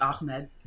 Ahmed